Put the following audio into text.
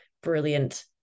brilliant